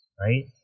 right